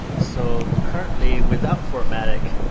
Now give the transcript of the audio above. so currently, without fortmatic,